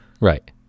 right